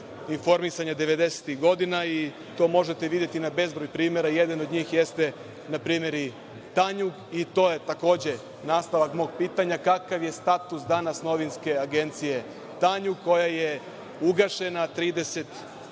informisanja 90-tih godina. To možete videti na bezbroj primera. Jedan od njih je „Tanjug“ i to je takođe nastavak mog pitanja – kakav je status danas Novinske agencije „Tanjug“ koja je ugašena 31.